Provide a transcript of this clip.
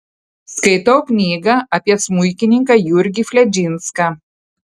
skaitau knygą apie smuikininką jurgį fledžinską